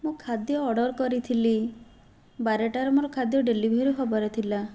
ମୋ ଖାଦ୍ୟ ଅର୍ଡ଼ର କରିଥିଲି ବାରେଟାରେ ମୋର ଖାଦ୍ୟ ଡେଲିଭରି ହେବାର ଥିଲା